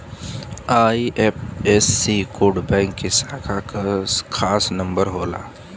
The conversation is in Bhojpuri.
आई.एफ.एस.सी कोड बैंक के शाखा क खास नंबर होला